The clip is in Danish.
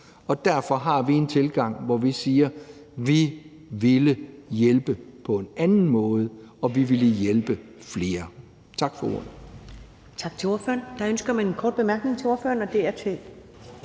Og derfor har vi en tilgang, hvor vi siger, at vi ville hjælpe på en anden måde og vi ville hjælpe flere. Tak for ordet. Kl. 14:03 Første næstformand (Karen Ellemann): Tak til ordføreren. Der er ønske